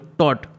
taught